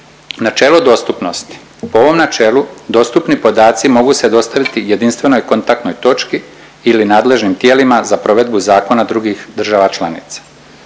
načelo dostupnosti. Po ovom načelu dostupni podaci mogu se dostaviti jedinstvenoj kontaktnoj točki ili nadležnim tijelima za provedbu zakona drugih država članica.